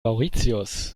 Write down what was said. mauritius